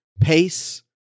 pace